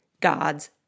God's